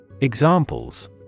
Examples